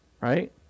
Right